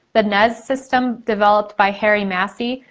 the nes system, developed by harry massey.